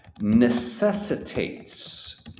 necessitates